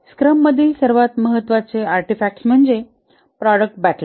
स्क्रममधील सर्वात महत्वाची आर्टिफॅक्टस म्हणजे प्रॉडक्ट बॅकलॉग